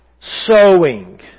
Sowing